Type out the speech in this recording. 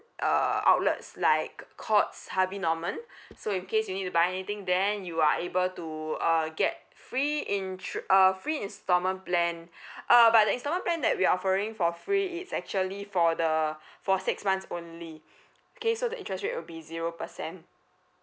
uh outlets like c~ courts harvey norman so in case you need to buy anything then you are able to uh get free intru~ uh free instalment plan uh but the installment plan that we are offering for free it's actually for the for six months only okay so the interest rate will be zero percent